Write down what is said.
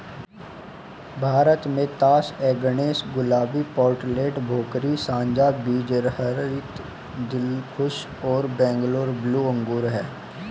भारत में तास ए गणेश, गुलाबी, पेर्लेट, भोकरी, साझा बीजरहित, दिलखुश और बैंगलोर ब्लू अंगूर हैं